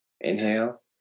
inhale